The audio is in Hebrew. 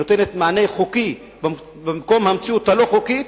נותנת מענה חוקי במקום המציאות הלא-חוקית